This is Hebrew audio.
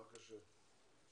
בבקשה.